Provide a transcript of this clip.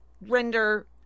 render